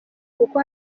kuko